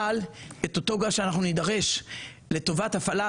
אבל את אותו הגז שאנחנו נידרש לטובת הפעלת,